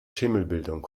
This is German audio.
schimmelbildung